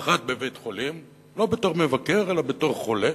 האחד, בבית-חולים, לא בתור מבקר, אלא בתור חולה,